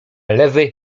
lewy